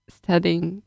studying